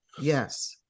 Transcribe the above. Yes